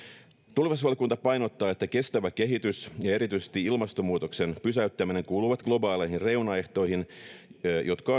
tulevaisuusvaliokunta painottaa että kestävä kehitys ja erityisesti ilmastonmuutoksen pysäyttäminen kuuluvat globaaleihin reunaehtoihin jotka